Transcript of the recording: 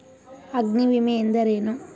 ಅಗ್ನಿವಿಮೆ ಎಂದರೇನು?